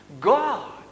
God